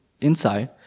inside